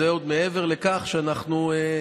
זה עוד מעבר לכך שאנחנו,